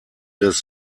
des